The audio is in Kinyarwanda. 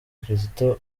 kizito